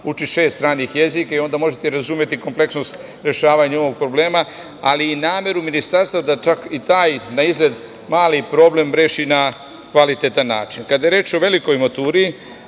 uči šest stranih jezika i onda možete razumeti kompleksnost rešavanja ovog problema, ali i nameru Ministarstva da čak i taj naizgled mali problem reši na kvalitetan način. Kada je reč o velikoj maturi,